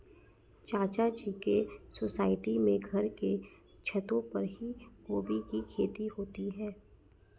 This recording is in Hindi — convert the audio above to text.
चाचा जी के सोसाइटी में घर के छतों पर ही गोभी की खेती होती है